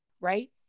Right